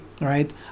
right